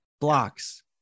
blocks